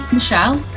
Michelle